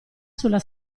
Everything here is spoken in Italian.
sulla